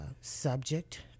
subject